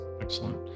excellent